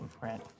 right